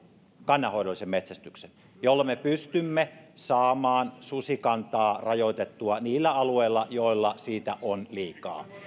kannanhoidollisen metsästyksen jolla me pystymme saamaan susikantaa rajoitettua niillä alueilla joilla sitä on liikaa